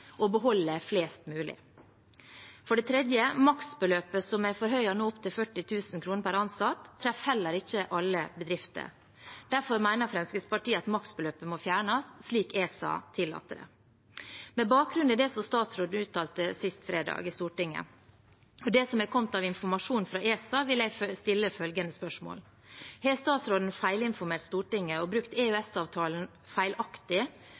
beholde flest mulig. For det tredje: Maksbeløpet som nå er forhøyet opp til 40 000 kr per ansatt, treffer heller ikke alle bedrifter. Derfor mener Fremskrittspartiet at maksbeløpet må fjernes, slik ESA tillater. Med bakgrunn i det statsråden uttalte sist fredag i Stortinget, og det som har kommet av informasjon fra ESA, vil jeg stille følgende spørsmål: Har statsråden feilinformert Stortinget og brukt EØS-avtalen feilaktig